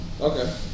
Okay